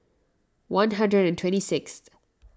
one hundred and twenty sixth